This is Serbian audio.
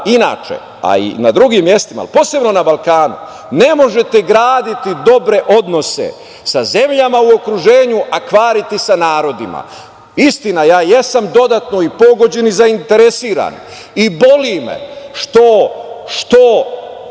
a i na drugim mestima, ali posebno na Balkanu, ne možete graditi dobre odnose sa zemljama u okruženju, a kvariti sa narodima. Istina, ja jesam dodatno i pogođen i zainteresovan i boli me što,